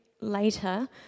later